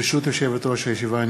ברשות יושבת-ראש הישיבה,